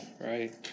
right